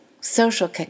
social